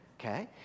okay